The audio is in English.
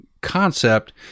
concept